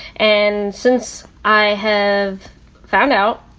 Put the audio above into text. and since i have found out,